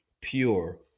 pure